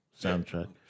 soundtrack